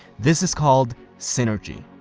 this is called synergy.